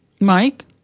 Mike